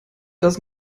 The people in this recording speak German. das